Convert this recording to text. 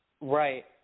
Right